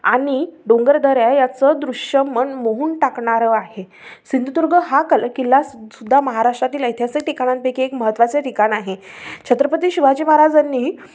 आणि डोंगरदऱ्या याचं दृश्य मन मोहून टाकणारं आहे सिंधुदुर्ग हा कल किल्ला सुद्धा महाराष्ट्रातील ऐतिहासिक ठिकाणांपैकी एक महत्त्वाचे ठिकाण आहे छत्रपती शिवाजी महाराजांनी